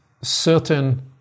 certain